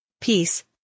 peace